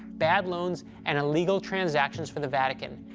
bad loans, and illegal transactions for the vatican.